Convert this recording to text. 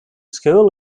school